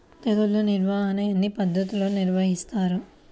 తెగులు నిర్వాహణ ఎన్ని పద్ధతుల్లో నిర్వహిస్తారు?